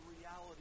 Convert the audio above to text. reality